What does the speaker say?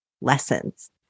lessons